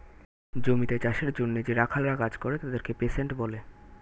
জমিতে চাষের জন্যে যে রাখালরা কাজ করে তাদেরকে পেস্যান্ট বলে